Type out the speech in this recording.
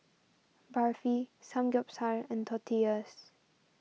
Barfi Samgeyopsal and Tortillas